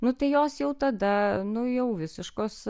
nu tai jos jau tada nu jau visiškos